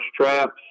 traps